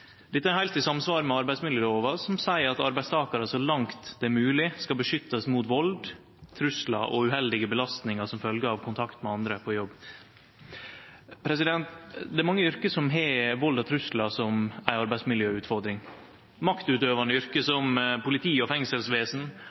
Dette er heilt i samsvar med arbeidsmiljølova, som seier at arbeidstakarar så langt det er mogleg skal beskyttast mot vald, truslar og uheldige belastningar som følgje av kontakt med andre på jobb. Det er mange yrke som har vald og truslar som ei arbeidsmiljøutfordring. Maktutøvande yrke, som politi- og fengselsvesen,